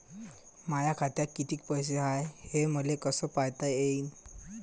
माया खात्यात कितीक पैसे हाय, हे मले कस पायता येईन?